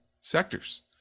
sectors